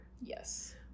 yes